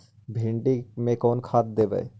भिंडी में कोन खाद देबै?